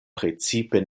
precipe